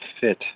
fit